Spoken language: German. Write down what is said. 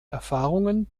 erfahrungen